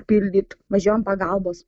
pildyt važiuojam pagalbos